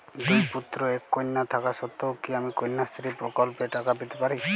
দুই পুত্র এক কন্যা থাকা সত্ত্বেও কি আমি কন্যাশ্রী প্রকল্পে টাকা পেতে পারি?